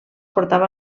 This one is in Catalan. portava